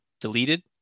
deleted